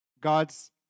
God's